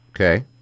Okay